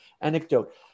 anecdote